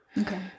Okay